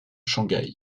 shanghai